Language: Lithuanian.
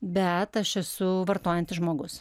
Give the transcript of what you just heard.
bet aš esu vartojantis žmogus